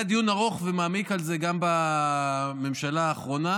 היה דיון ארוך ומעמיק על זה גם בממשלה האחרונה,